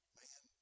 man